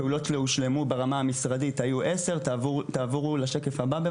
פעולות שהושלמו ברמת המשרדית היו 10. פה אנחנו